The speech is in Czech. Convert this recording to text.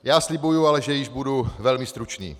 Já slibuji ale, že již budu velmi stručný.